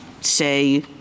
say